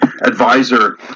advisor